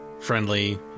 friendly